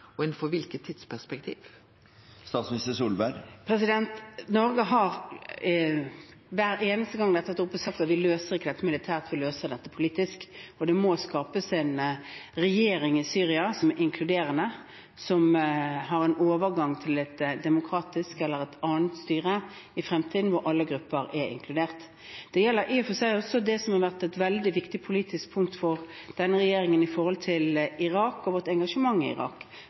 og innanfor kva tidsperspektiv? Norge har hver eneste gang dette er tatt opp, sagt at vi løser ikke dette militært; vi løser det politisk. Det må skapes en regjering i Syria som er inkluderende, som har en overgang til et demokratisk eller et annet styre i fremtiden, hvor alle grupper er inkludert. Det gjelder i og for seg også det som har vært et veldig viktig politisk punkt for denne regjeringen i forhold til Irak, for vårt engasjement i Irak,